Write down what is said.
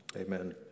Amen